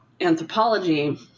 anthropology